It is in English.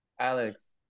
Alex